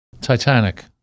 Titanic